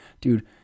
dude